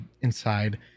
inside